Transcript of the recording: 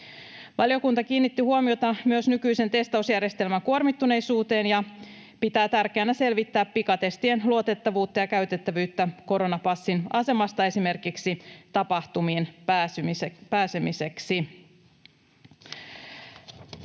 Valiokunta kiinnitti huomiota myös nykyisen testausjärjestelmän kuormittuneisuuteen ja pitää tärkeänä selvittää pikatestien luotettavuutta ja käytettävyyttä koronapassin asemasta esimerkiksi tapahtumiin pääsemiseksi.